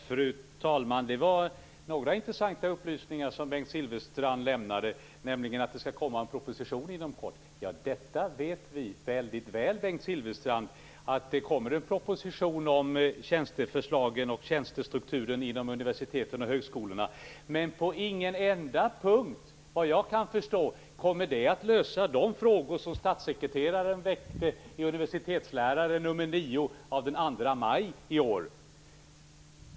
Fru talman! Det var några intressanta upplysningar som Bengt Silfverstrand lämnade - nämligen att det skall komma en proposition inom kort. Detta vet vi väldigt väl, Bengt Silfverstrand. Vi vet att det kommer en proposition om tjänsteförslagen och tjänstestrukturen inom universiteten och högskolorna. Men på ingen enda punkt, vad jag kan förstå, kommer detta att svara på de frågor som statssekreteraren väckte i Universitetsläraren nr 9 av den 2 maj i år.